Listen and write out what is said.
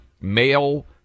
male